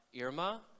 Irma